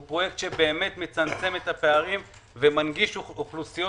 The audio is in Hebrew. הוא באמת מצמצם את הפערים ומנגיש אוכלוסיות